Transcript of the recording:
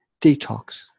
Detox